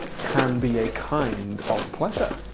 can be a kind of pleasure.